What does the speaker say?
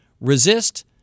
resist